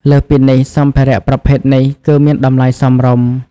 លើសពីនេះ សម្ភារៈប្រភេទនេះគឺ មានតម្លៃសមរម្យ។